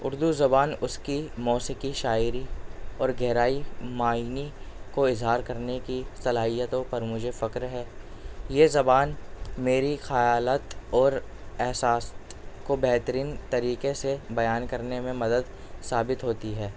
اردو زبان اس کی موسیقی شاعری اور گہرائی معانی کو اظہار کرنے کی صلاحیتوں پر مجھے فخر ہے یہ زبان میری خیالت اور احساس کو بہترین طریقے سے بیان کرنے میں مدد ثابت ہوتی ہے